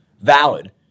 valid